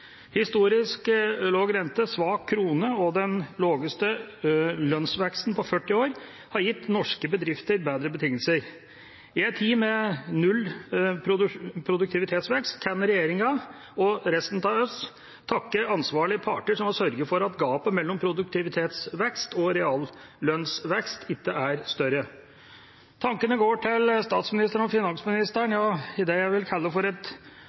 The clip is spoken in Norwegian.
Historisk lav rente, svak krone og den laveste lønnsveksten på 40 år har gitt norske bedrifter bedre betingelser. I en tid med null produktivitetsvekst kan regjeringa og resten av oss takke ansvarlige parter som har sørget for at gapet mellom produktivitetsvekst og reallønnsvekst ikke er større. Tankene går til statsministeren og finansministeren i det jeg vil kalle et